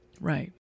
Right